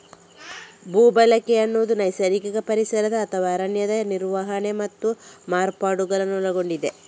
ಭೂ ಬಳಕೆ ಅನ್ನುದು ನೈಸರ್ಗಿಕ ಪರಿಸರ ಅಥವಾ ಅರಣ್ಯದ ನಿರ್ವಹಣೆ ಮತ್ತು ಮಾರ್ಪಾಡುಗಳನ್ನ ಒಳಗೊಂಡಿದೆ